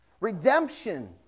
Redemption